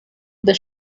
the